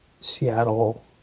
Seattle